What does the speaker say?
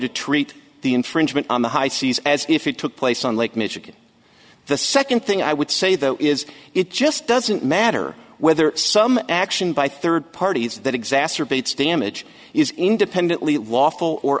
to treat the infringement on the high seas as if it took place on lake michigan the second thing i would say though is it just doesn't matter whether some action by third parties that exacerbates damage is independently lawful or